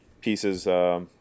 pieces